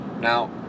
Now